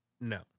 No